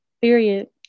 period